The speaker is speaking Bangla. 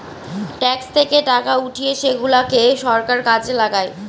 ট্যাক্স থেকে টাকা উঠিয়ে সেগুলাকে সরকার কাজে লাগায়